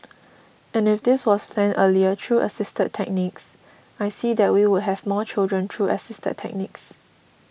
and if this was planned earlier through assisted techniques I see that we would have more children through assisted techniques